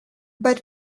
but